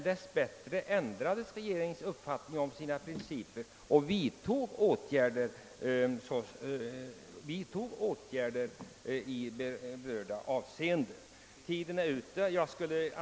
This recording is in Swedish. Dess bättre har dock regeringen ändrat uppfattning i det fallet och vidtagit åtgärder i berörda avseenden.